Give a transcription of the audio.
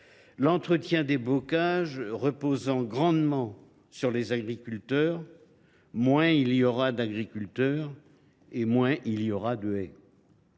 l’entretien des bocages reposant grandement sur les agriculteurs, moins il y aura d’agriculteurs, moins il y aura de haies.